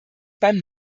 beim